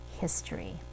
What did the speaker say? history